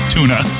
Tuna